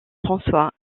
françois